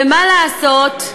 ומה לעשות,